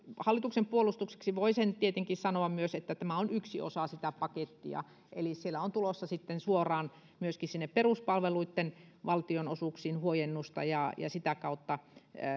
hallituksen puolustukseksi voi sen tietenkin sanoa myös että tämä on yksi osa sitä pakettia eli siellä on tulossa sitten suoraan myöskin sinne peruspalveluitten valtionosuuksiin huojennusta ja sitä kautta